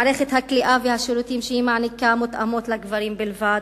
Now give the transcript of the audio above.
מערכת הכליאה והשירותים שהיא מעניקה מותאמות לגברים בלבד,